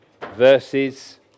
verses